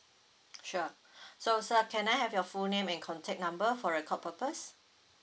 sure so sir can I have your full name and contact number for record purpose